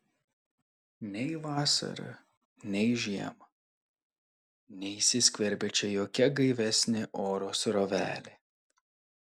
nei vasarą nei žiemą neįsiskverbia čia jokia gaivesnė oro srovelė